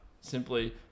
simply